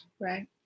Right